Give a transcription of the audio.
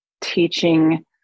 teaching